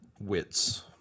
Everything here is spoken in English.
Wits